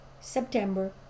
September